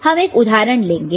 हम एक उदाहरण लेंगे